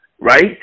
right